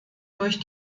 durch